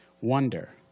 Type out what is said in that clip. wonder